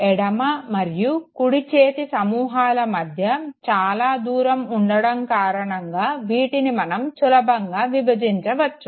ఎడమ మరియు కుడిచేతి సమూహాల మధ్య చాలా దూరం ఉండడం కారణంగా వీటిని మనం సులభంగా విభజించవచ్చు